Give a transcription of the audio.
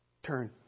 Turn